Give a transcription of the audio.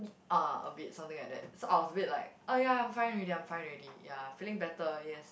a bit something like that so I was a bit like oh ya I'm fine already I'm fine already ya feeling better yes